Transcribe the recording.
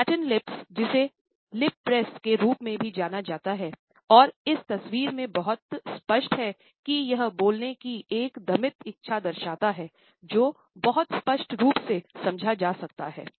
flattened lips के रूप में भी जाना जाता है और इस तस्वीर में बहुत स्पष्ट है कि यह बोलने की एक दमित इच्छा दर्शाता है जो बहुत स्पष्ट रूप से समझा जाता है